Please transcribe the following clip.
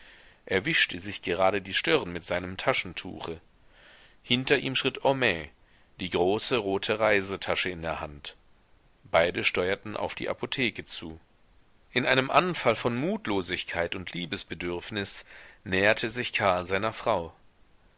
er wischte sich gerade die stirn mit seinem taschentuche hinter ihm schritt homais die große rote reisetasche in der hand beide steuerten auf die apotheke zu in einem anfall von mutlosigkeit und liebesbedürfnis näherte sich karl seiner frau